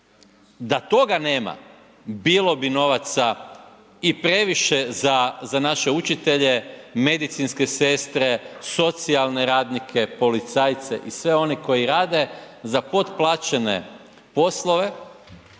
da toga nema, bilo bi novaca i previše za naše učitelje, medicinske sestre, socijalne radnike, policajce i sve one koji rade za potplaćene poslove